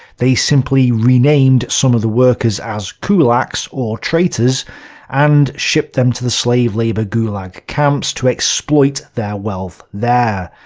they simply renamed some of the workers as kulaks or traitors and shipped them to the slave labour gulag camps to exploit their wealth there.